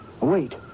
Wait